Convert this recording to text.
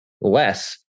less